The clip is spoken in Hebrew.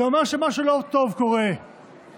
זה אומר שמשהו לא טוב קורה בכנסת,